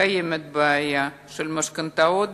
קיימת בעיה של משכנתאות,